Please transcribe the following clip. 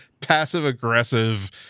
passive-aggressive